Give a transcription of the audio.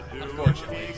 Unfortunately